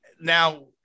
now